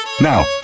Now